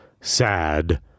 sad